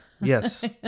Yes